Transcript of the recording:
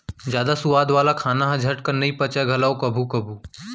जादा सुवाद वाला खाना ह झटकन नइ पचय घलौ कभू कभू